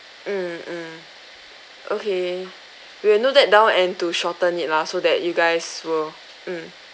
mm mm okay we will note that down and to shorten it lah so that you guys will mm